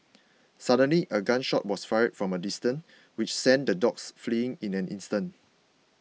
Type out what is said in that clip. suddenly a gun shot was fired from a distance which sent the dogs fleeing in an instant